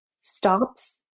stops